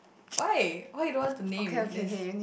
why why you don't want to name there is